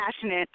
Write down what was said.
passionate